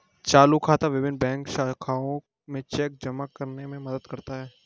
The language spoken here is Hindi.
चालू खाता विभिन्न बैंक शाखाओं में चेक जमा करने में मदद करता है